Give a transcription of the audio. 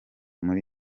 muri